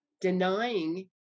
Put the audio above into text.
denying